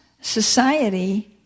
society